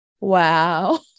wow